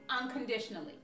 unconditionally